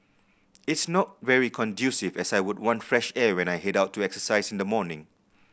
it's not very conducive as I would want fresh air when I head out to exercise in the morning